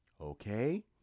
Okay